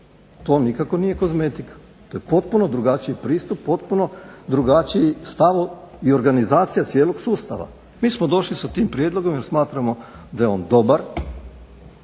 To nikako nije kozmetika. To je potpuno drugačiji pristup, potpuno drugačiji stav i organizacija cijelog sustava. Mi smo došli sa tim prijedlogom jer smatramo da je on dobar.